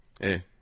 Hey